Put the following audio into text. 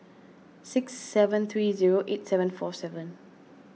six seven three zero eight seven four seven